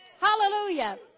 hallelujah